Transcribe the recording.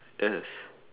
yes